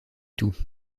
tout